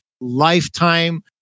Lifetime